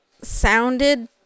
sounded